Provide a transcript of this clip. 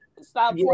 stop